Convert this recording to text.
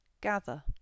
Gather